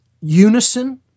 unison